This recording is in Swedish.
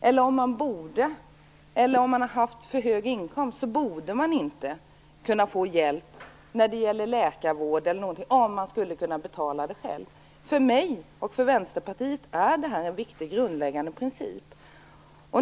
Det gäller också den som haft för hög inkomst och som själv kan betala och som alltså inte "borde" få hjälp till läkarvård. För mig och för Vänsterpartiet är detta en viktig grundläggande princip.